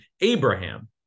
Abraham